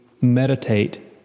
meditate